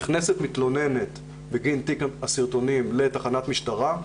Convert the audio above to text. נכנסת מתלוננת בגין הסרטונים לתחנת משטרה,